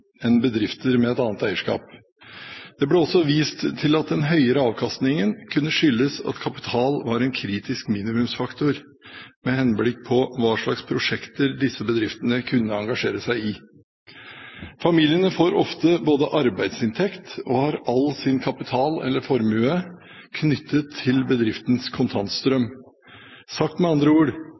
bedrifter med et annet eierskap. Det ble også vist til at den høyere avkastningen kunne skyldes at kapital var en kritisk minimumsfaktor med henblikk på hva slags prosjekter disse bedriftene kunne engasjere seg i. Familiene får ofte både arbeidsinntekt fra og har all sin kapital eller formue knyttet til bedriftens kontantstrøm. Sagt med andre ord: